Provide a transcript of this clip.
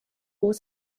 was